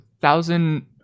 thousand